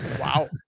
wow